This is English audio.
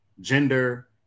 gender